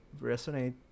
resonate